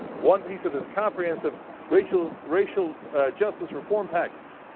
one piece of his competence of racial racial justice reform package.